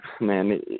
man